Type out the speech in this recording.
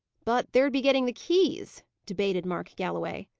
but there'd be getting the keys? debated mark galloway.